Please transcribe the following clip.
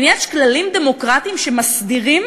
כי יש כללים דמוקרטיים שמסדירים